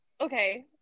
Okay